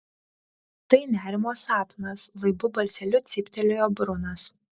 tai nerimo sapnas laibu balseliu cyptelėjo brunas